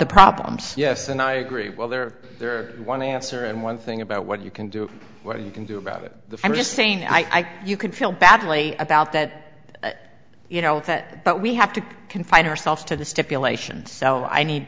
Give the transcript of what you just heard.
the problems yes and i agree well there are there are one answer and one thing about what you can do or you can do about it i'm just saying i you can feel badly about that you know that but we have to confine ourselves to the stipulation so i need